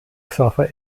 xaver